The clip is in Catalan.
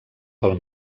pel